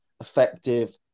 effective